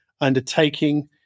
undertaking